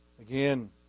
again